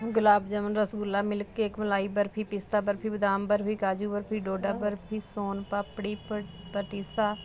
ਗੁਲਾਬ jamun rasgulla milk cake malai barfi pista barfi badam barfi kaju barfi doda barfi son papdi ਪ ਪਟੀਸਾ